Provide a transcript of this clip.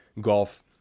golf